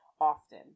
often